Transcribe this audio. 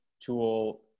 tool